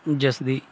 ਜਿਸ ਦੀ